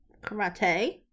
karate